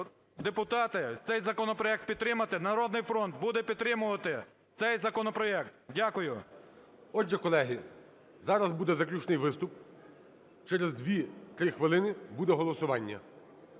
депутати, цей законопроект підтримати. "Народний фронт" буде підтримувати цей законопроект. Дякую. ГОЛОВУЮЧИЙ. Отже, колеги, зараз буде заключний виступ. Через 2-3 хвилини буде голосування.